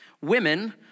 Women